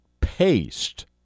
paste